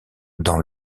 dans